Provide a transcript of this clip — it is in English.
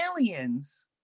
aliens